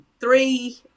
three